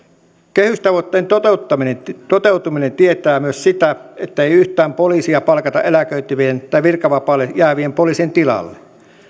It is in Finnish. kehystavoitteen toteutuminen toteutuminen tietää myös sitä että ei yhtään poliisia palkata eläköityvien tai virkavapaalle jäävien poliisien tilalle